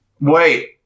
Wait